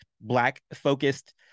Black-focused